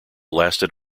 lasted